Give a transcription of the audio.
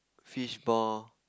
fishball